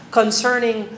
concerning